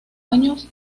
años